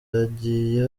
hagiye